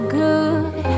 good